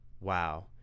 Wow